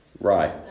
Right